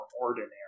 ordinary